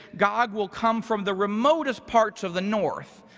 gog will come from the remotest parts of the north.